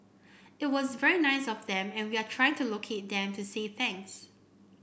it was very nice of them and we are trying to locate them to say thanks